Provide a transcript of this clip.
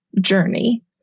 journey